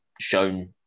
shown